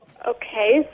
Okay